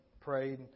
prayed